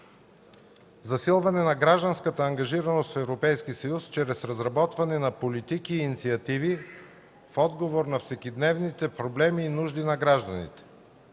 засилване на гражданската ангажираност в Европейския съюз чрез разработване на политики и инициативи в отговор на всекидневните проблеми и нужди на гражданите.